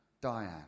Diane